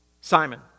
Simon